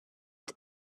and